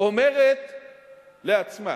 אומרת לעצמה: